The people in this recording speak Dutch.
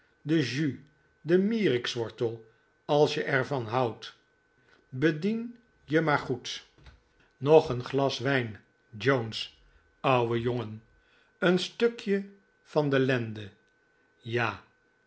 de jus de mierikswortel als je er van houdt bedien je maar goed nog een glas wijn jones ouwe jongen een stukje van de lende ja